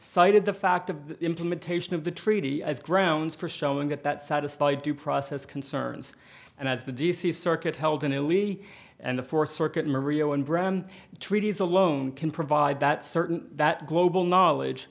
cited the fact of the implementation of the treaty as grounds for showing that that satisfy due process concerns and as the d c circuit held a newly and a fourth circuit maria one brand treaties alone can provide that certain that global knowledge